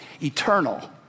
eternal